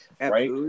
right